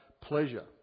pleasure